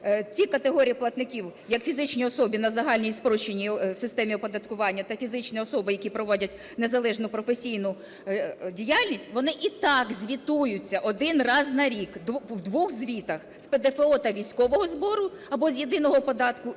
ці категорії платників як фізичні особи на загальній спрощеній системі оподаткування та фізичні особи, які провадять незалежну професійну діяльність, вони і так звітуються один раз на рік в двох звітах: з ПДФО та військового збору або з єдиного податку,